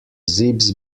zip’s